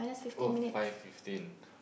oh five fifteen